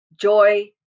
Joy